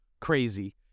crazy